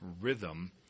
rhythm